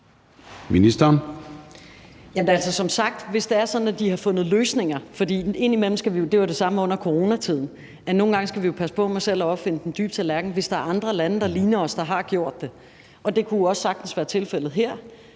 Rosenkrantz-Theil): Som sagt: Hvis det er sådan, at de har fundet løsninger, skal vi jo nogle gange – og det var det samme under coronatiden – passe på med selv at opfinde den dybe tallerken, hvis der er andre lande, der ligner os, der har gjort det. Og det kunne jo sagtens være tilfældet her